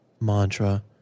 mantra